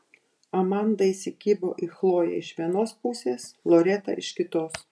amanda įsikibo į chloję iš vienos pusės loreta iš kitos